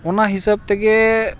ᱚᱱᱟ ᱦᱤᱥᱟᱹᱵ ᱛᱮᱜᱮ